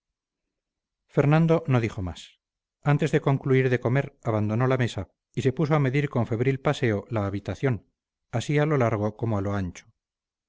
fernando no dijo más antes de concluir de comer abandonó la mesa y se puso a medir con febril paseo la habitación así a lo largo como a lo ancho